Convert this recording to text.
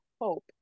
hope